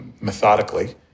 methodically